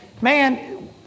Man